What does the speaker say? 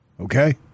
Okay